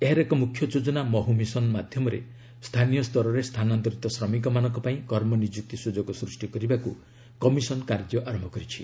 ଏହାର ଏକ ମୁଖ୍ୟ ଯୋଜନା ମହୁ ମିଶନ୍ ' ମାଧ୍ୟମରେ ସ୍ଥାନୀୟ ସ୍ତରରେ ସ୍ଥାନାନ୍ତରିତ ଶ୍ରମିକମାନଙ୍କ ପାଇଁ କର୍ମନିଯୁକ୍ତି ସୁଯୋଗ ସୃଷ୍ଟି କରିବାକୁ କମିଶନ୍ କାର୍ଯ୍ୟ ଆରମ୍ଭ କରିଛି